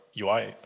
UI